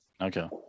Okay